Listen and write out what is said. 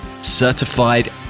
Certified